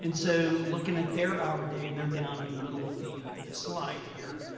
and so looking at their hour day and they're down in the middle of the the slide here.